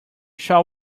shall